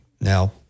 Now